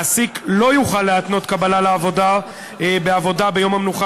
מעסיק לא יוכל להתנות קבלה לעבודה בעבודה ביום המנוחה